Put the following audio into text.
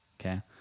okay